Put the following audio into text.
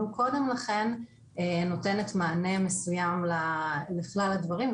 קודם לכן נותנת מענה מסוים לכלל הדברים,